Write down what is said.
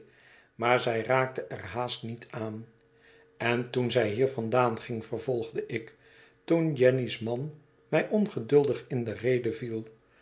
maar zij raakte er haast niet aan en toen zij hier vandaan ging vervolgde ik toen jenny's man mij ongeduldig in de rede viel